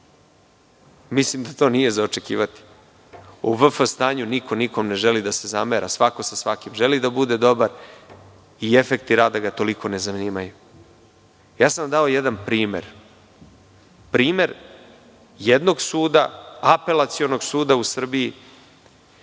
mislim da to nije za očekivati. U VF stanju niko nikom ne želi da se zamera, već svako sa svakim želi da bude dobar i efekti rada ga toliko ne zanimaju. Dao sam vam jedan primer, primer jednog suda, Apelacionog suda u Srbiji,